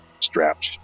strapped